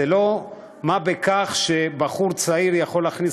זה לא דבר של מה בכך שבחור צעיר יכול להכניס